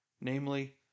namely